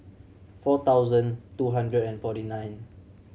four thousand two hundred and forty nine